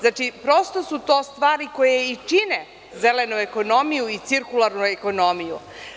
Znači, prosto su to stvari koje i čine zelenu ekonomiju i cirkularnu ekonomiju.